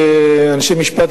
כאנשי משפט,